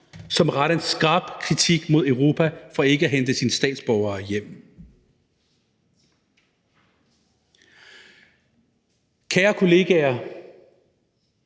som retter en skarp kritik mod Europa for ikke at hente sine statsborgere hjem. Kære kollegaer,